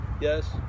Yes